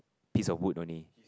piece of wood only